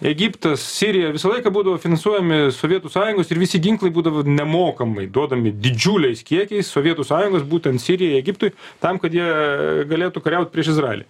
egiptas sirija visą laiką būdavo finansuojami sovietų sąjungos ir visi ginklai būdavo nemokamai duodami didžiuliais kiekiais sovietų sąjungos būtent sirijai egiptui tam kad jie galėtų kariaut prieš izraelį